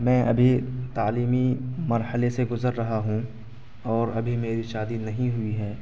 میں ابھی تعلیمی مرحلے سے گزر رہا ہوں اور ابھی میری شادی نہیں ہوئی ہے